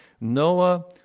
Noah